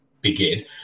begin